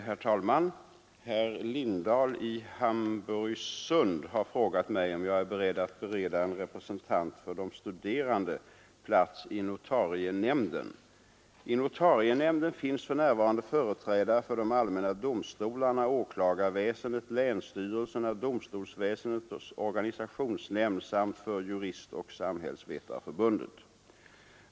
Herr talman! Herr Lindahl i Hamburgsund har frågat mig om jag är beredd att bereda en representant för de studerande plats i notarienämnden. I notarienämnden finns för närvarande företrädare för de allmänna domstolarna, åklagarväsendet, länsstyrelserna, domstolsväsendets organisationsnämnd samt för Juristoch samhällsvetareförbundet.